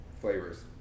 flavors